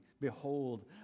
Behold